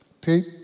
Pete